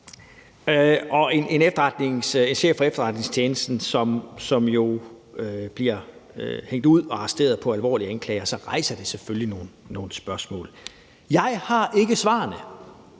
jo en chef for efterretningstjenesten, som blev hængt ud og arresteret på alvorlige anklager, og det rejser selvfølgelig nogle spørgsmål. Jeg har ikke svarene;